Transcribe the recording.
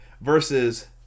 versus